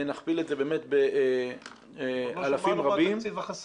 ונכפיל את זה באמת באלפים רבים --- לא שמענו מה התקציב החסר,